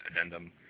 Addendum